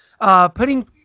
Putting